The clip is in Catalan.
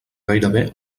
gairebé